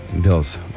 Bills